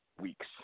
weeks